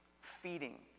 Feeding